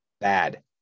bad